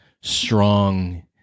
strong